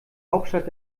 hauptstadt